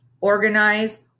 organize